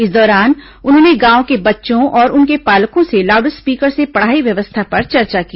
इस दौरान उन्होंने गांव के बच्चों और उनके पालकों से लाउड स्पीकर से पढ़ाई व्यवस्था पर चर्चा की